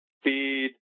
speed